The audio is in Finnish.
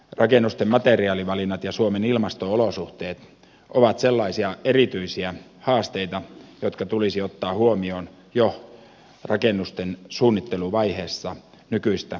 rakennusten materiaalivalinnat ja suomen ilmasto olosuhteet ovat sellaisia erityisiä haasteita jotka tulisi ottaa huomioon jo rakennusten suunnitteluvaiheessa nykyistä paremmin